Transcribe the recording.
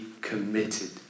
committed